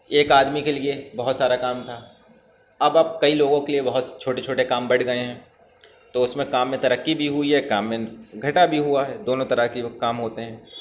ایک آدمی کے لیے بہت سارا کام تھا اب اب کئی لوگوں کے لیے بہت چھوٹے چھوٹے کام بنٹ گئے ہیں تو اس میں کام میں ترقی بھی ہوئی ہے کام میں گھاٹا بھی ہوا ہے دونوں طرح کے وہ کام ہوتے ہیں